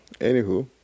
Anywho